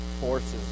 forces